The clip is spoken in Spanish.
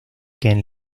quien